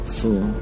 four